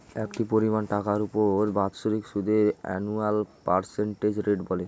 একটি পরিমাণ টাকার উপর তার বাৎসরিক সুদকে অ্যানুয়াল পার্সেন্টেজ রেট বলে